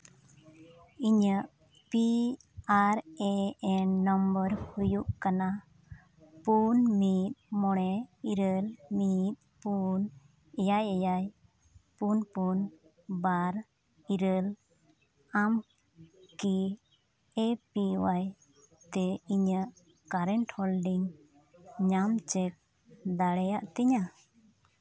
ᱤᱧᱟᱹᱜ P R A N number ᱦᱩᱭᱩᱜ ᱠᱟᱱᱟ ᱯᱩᱱ ᱢᱤᱫ ᱢᱚᱬᱮ ᱤᱨᱟᱹᱞ ᱢᱤᱫ ᱯᱩᱱ ᱮᱭᱟᱭ ᱮᱭᱟᱭ ᱯᱩᱱ ᱯᱩᱱ ᱵᱟᱨ ᱤᱨᱟᱹᱞ ᱟᱢ ᱠᱤ ᱮᱹ ᱯᱤ ᱚᱣᱟᱭ ᱛᱮ ᱤᱧᱟᱹᱜ ᱠᱟᱨᱮᱱᱴ ᱦᱳᱞᱰᱤᱝ ᱧᱟᱢ ᱪᱮᱠ ᱫᱟᱲᱮᱭᱟᱜ ᱛᱤᱧᱟᱹ